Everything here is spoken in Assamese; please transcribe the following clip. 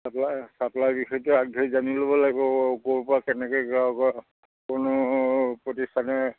চাপ্লাই চাপ্লাই বিষয়টো আগধৰি জানি ল'ব লাগিব ক'ৰ পৰা কেনেকৈ গাঁৱৰ পৰা কোনো প্ৰতিষ্ঠানে